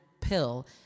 pill